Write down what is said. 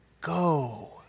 go